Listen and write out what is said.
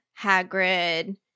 Hagrid